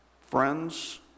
friends